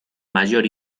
mayor